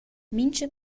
mintga